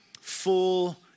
full